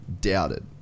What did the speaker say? doubted